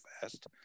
fast